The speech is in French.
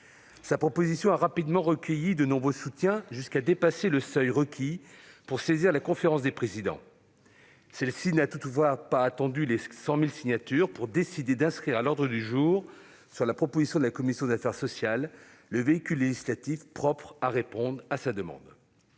Sa proposition a rapidement recueilli de nombreux soutiens, jusqu'à dépasser le seuil requis pour saisir la Conférence des présidents. Cette dernière n'a toutefois pas attendu les 100 000 signatures pour décider d'inscrire à l'ordre du jour, sur proposition de la commission des affaires sociales, le véhicule législatif propre à répondre à cette demande.